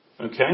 Okay